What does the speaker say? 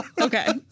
Okay